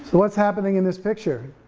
what's happening in this picture?